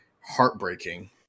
heartbreaking